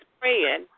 praying